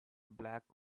black